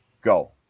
Go